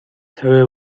her